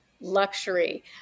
luxury